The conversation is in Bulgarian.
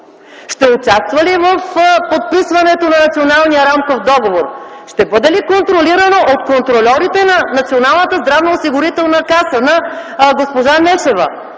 Ще участва ли в подписването на Националния рамков договор? Ще бъде ли контролирано от контрольорите на Националната здравноосигурителна каса, на госпожа Нешева?